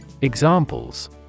Examples